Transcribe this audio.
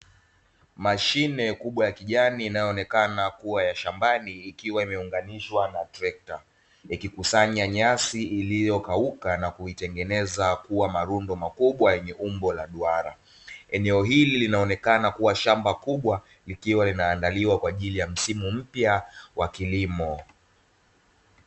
Mashine kubwa ya kijani inayoonekana kuwa ya shambani ikiwa imeunganishwa na trekta, ikikusanya nyasi iliyokauka na kuitengeneza kuwa marundo makubwa yenye umbo la duara. Eneo hili linaonekana kuwa shamba kubwa, likiwa linaandaliwa kwa ajili ya msimu mpya wa kilimo.